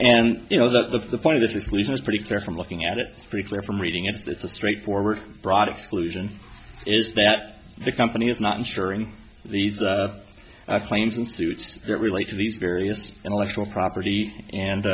and you know the point of this is lisa is pretty clear from looking at it it's pretty clear from reading it's a straightforward brought exclusion is that the company is not insuring these claims in suits that relate to these various intellectual property and